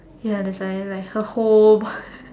ya that's why it's like her home